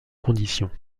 conditions